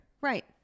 Right